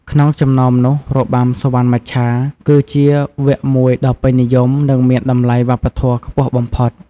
ក្នុងចំណោមនោះ របាំសុវណ្ណមច្ឆាគឺជាវគ្គមួយដ៏ពេញនិយម និងមានតម្លៃវប្បធម៌ខ្ពស់បំផុត។